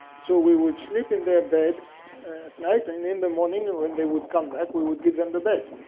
so we would sleep in their bed at night. and in the morning when they would come back, we would give them the bed.